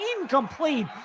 incomplete